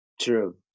True